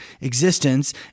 existence